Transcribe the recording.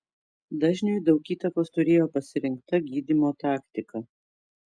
dažniui daug įtakos turėjo pasirinkta gydymo taktika